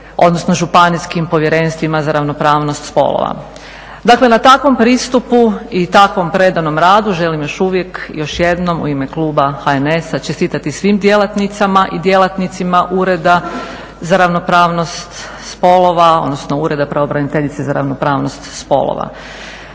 odnosno županijskim povjerenstvima za ravnopravnost spolova. Dakle, na takvom pristupu i takvom predanom radu, želim još uvijek još jednom u ime kluba HNS-a čestitati svim djelatnicama i djelatnicima Ureda za ravnopravnost spolova, odnosno Ureda pravobraniteljice za ravnopravnost spolova.